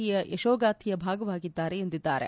E ಯ ಯಶೋಗಾಥೆಯ ಭಾಗವಾಗಿದ್ದಾರೆ ಎಂದಿದ್ದಾರೆ